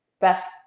best